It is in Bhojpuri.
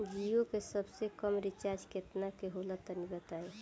जीओ के सबसे कम रिचार्ज केतना के होला तनि बताई?